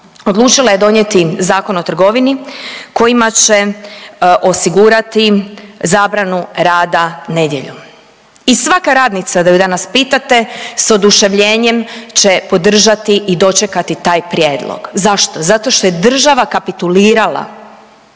Odlučila je donijeti Zakon o trgovini kojima će osigurati zabranu rada nedjeljom. I svaka radnica da ju danas pitate s oduševljenjem će podržati i dočekati taj prijedlog. Zašto? Zato što je država kapitulirala